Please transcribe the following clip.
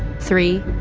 three,